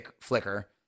flicker